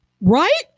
Right